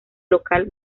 local